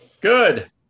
Good